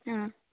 ആ